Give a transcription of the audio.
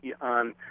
on